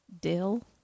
dill